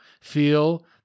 feel